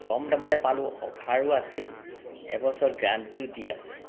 কম দামতে পালোঁ অফাৰো আছিল এবছৰ গেৰাণ্টিও দি আছে